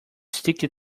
sticky